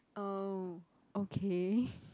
oh okay